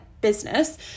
business